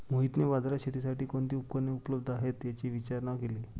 मोहितने बाजारात शेतीसाठी कोणती उपकरणे उपलब्ध आहेत, याची विचारणा केली